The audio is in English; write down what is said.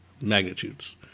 magnitudes